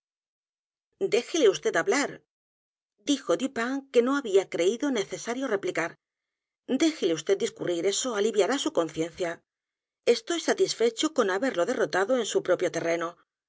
déjele vd hablar dijo dupin que no babía creído necesario replicar déjele vd discurrir eso aliviará su conciencia estoy satisfecho con haberlo derrotado en su propio t